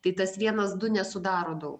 tai tas vienas du nesudaro daug